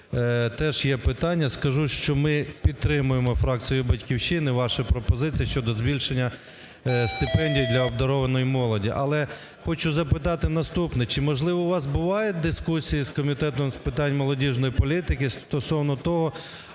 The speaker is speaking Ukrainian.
теж є питання. Скажу, що ми підтримуємо фракцією "Батьківщина", ваші пропозиції щодо збільшення стипендій для обдарованої молоді. Але хочу запитати наступне. Чи, можливо, у вас бувають дискусії з Комітетом з питань молодіжної політики стосовно того,